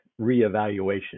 Reevaluation